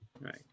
Right